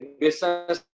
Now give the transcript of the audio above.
business